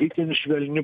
itin švelni